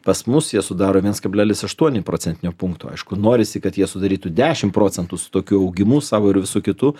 pas mus jie sudaro viens kablelis aštuoni procentinio punkto aišku norisi kad jie sudarytų dešim procentų su tokiu augimu savo ir visu kitu